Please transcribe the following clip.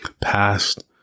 past